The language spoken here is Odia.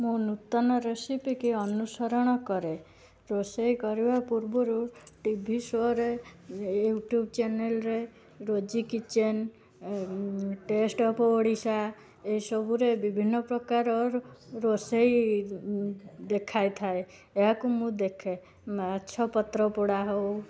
ମୁଁ ନୂତନ ରେସିପିକି ଅନୁସରଣ କରେ ରୋଷେଇ କରିବା ପୂର୍ବରୁ ଟି ଭି ସୋରେ ୟୁଟ୍ୟୁବ ଚାନେଲରେ Rosy kitchen taste of Odisha ଏସବୁରେ ବିଭିନ୍ନ ପ୍ରକାରର ରେଷେଇ ଦେଖାଇ ଥାଏ ଏହାକୁ ମୁଁ ଦେଖେ ମାଛ ପତ୍ର ପୋଡ଼ା ହଉ